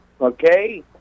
Okay